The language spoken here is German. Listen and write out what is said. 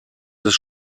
des